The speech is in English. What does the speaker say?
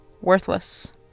worthless